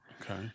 Okay